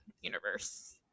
Universe